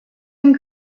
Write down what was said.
and